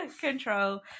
Control